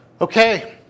Okay